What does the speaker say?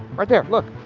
right there, look.